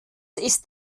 ist